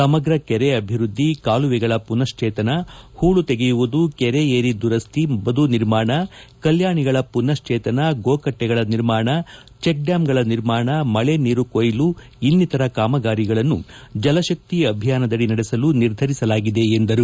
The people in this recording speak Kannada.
ಸಮಗ್ರ ಕೆರೆ ಅಭಿವೃದ್ಧಿ ಕಾಲುವೆಗಳ ಪುನಾಕ್ಷೇತನ ಪೂಳು ತೆಗೆಯುವುದು ಕೆರೆಏರಿ ದುರಸ್ಸಿ ಬದು ನಿರ್ಮಾಣ ಕಲ್ಕಾಣಿಗಳ ಪುನುಕ್ಷೇತನ ಗೋಕಟ್ಟೆಗಳ ನಿರ್ಮಾಣ ಜೆಕ್ ಡ್ಡಾಂಗಳ ನಿರ್ಮಾಣ ಮಳೆ ನೀರು ಕೊಯ್ಲು ಇನ್ನಿಶರ ಕಾಮಗಾರಿಗಳನ್ನು ಜಲಶಕ್ತಿ ಅಭಿಯಾನದಡಿ ನಡೆಸಲು ನಿರ್ಧರಿಸಲಾಗಿದೆ ಎಂದರು